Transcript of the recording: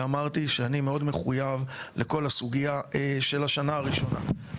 ואמרתי שאני מאוד מחויב לכל הסוגייה של השנה הראשונה.